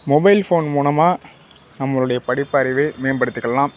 mobile phone மூலமாக நம்மளுடைய படிப்பு அறிவை மேம்படுத்திக்கலாம்